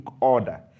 order